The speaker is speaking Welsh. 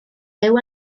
byw